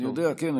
אני יודע, כן.